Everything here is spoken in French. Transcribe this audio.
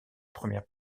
première